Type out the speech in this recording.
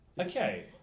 Okay